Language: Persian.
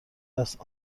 است